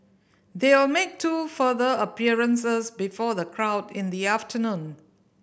they will make two further appearances before the crowd in the afternoon